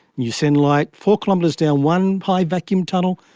you send light four kilometres down one high vacuum tunnel,